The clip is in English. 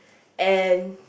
and